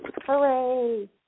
hooray